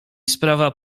sprawa